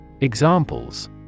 Examples